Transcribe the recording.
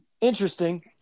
interesting